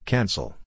Cancel